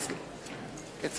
אדוני